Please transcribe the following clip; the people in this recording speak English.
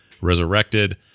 Resurrected